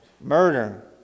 murder